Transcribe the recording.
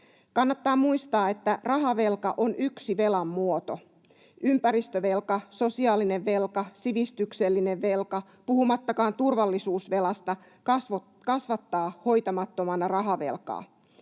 Kannattaa muistaa, että rahavelka on yksi velan muoto. Ympäristövelka, sosiaalinen velka, sivistyksellinen velka, puhumattakaan turvallisuusvelasta, kasvattavat hoitamattomana rahavelkaa.